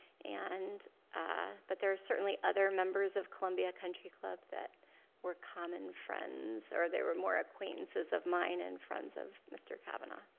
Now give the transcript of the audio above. and ah but there are certainly other members of columbia country club that were common friends. they were more acquaintances of mine and friends of mr. cavanaugh.